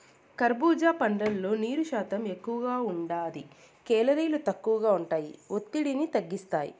కర్భూజా పండ్లల్లో నీరు శాతం ఎక్కువగా ఉంటాది, కేలరీలు తక్కువగా ఉంటాయి, ఒత్తిడిని తగ్గిస్తాయి